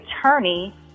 attorney